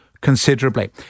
considerably